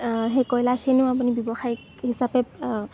সেই কয়লাখিনিও আপুনি ব্যৱসায়িক হিচাপে